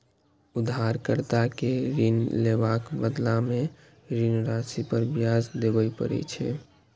उधारकर्ता कें ऋण लेबाक बदला मे ऋण राशि पर ब्याज देबय पड़ै छै